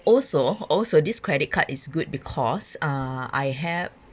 also also this credit card is good because uh I have